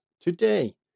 today